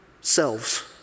selves